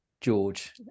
George